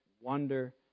wonder